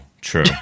true